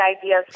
ideas